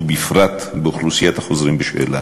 בפרט באוכלוסיית החוזרים בשאלה.